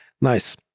Nice